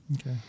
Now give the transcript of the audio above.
okay